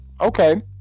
Okay